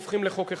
הופכים לחוק אחד.